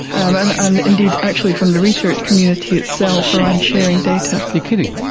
and indeed actually from the research community itself around sharing data. you're kidding?